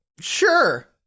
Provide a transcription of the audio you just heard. sure